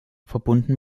verbunden